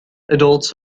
adults